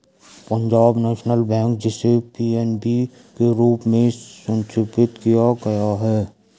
Punjab national bank, जिसे PNB के रूप में संक्षिप्त किया गया है